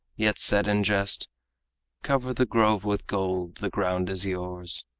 yet said in jest cover the grove with gold, the ground is yours.